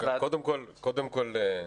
קודם כל,